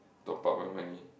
talk about when when he